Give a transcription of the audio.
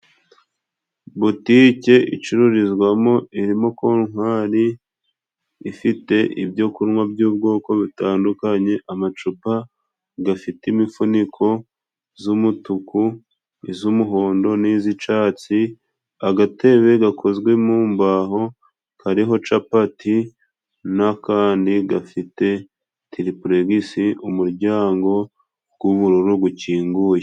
Butique icururizwamo irimo kontwari ifite ibyo kunywa by'ubwoko butandukanye. Amacupa gafite imifuniko z'umutuku, iz'umuhondo n'iz'icatsi, agatebe gakozwe mu mbaho kariho capati, n'akandi gafite tiripulegisi, umuryango gw'ubururu gukinguye.